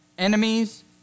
Enemies